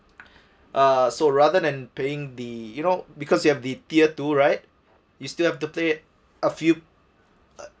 uh so rather than paying the you know because you have the tier two right you still have to pay a few